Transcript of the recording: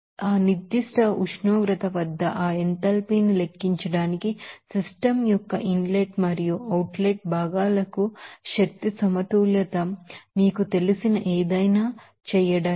కాబట్టి ఒక నిర్దిష్ట ఉష్ణోగ్రత వద్ద ఆ ఎంథాల్పీని లెక్కించడానికి సిస్టమ్ యొక్క ఇన్ లెట్ మరియు అవుట్ లెట్ భాగాల కు ఎనర్జీ బాలన్స మీకు తెలిసిన ఏదైనా చేయడానికి